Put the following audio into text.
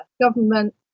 government